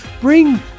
Bring